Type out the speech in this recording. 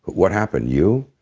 what happened? you?